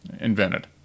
invented